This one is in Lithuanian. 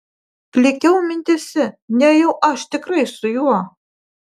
klykiau mintyse nejau aš tikrai su juo